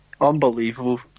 unbelievable